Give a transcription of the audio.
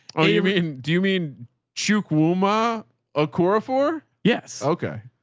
oh you mean, do you mean chukwu mama ah cora for yes. okay.